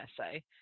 essay